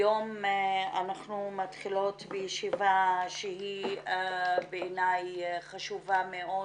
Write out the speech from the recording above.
היום אנחנו מתחילות בישיבה שהיא בעיניי חשובה מאוד